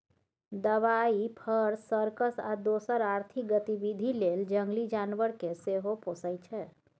दबाइ, फर, सर्कस आ दोसर आर्थिक गतिबिधि लेल जंगली जानबर केँ सेहो पोसय छै